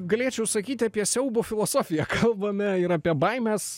galėčiau sakyt apie siaubo filosofiją kalbame ir apie baimes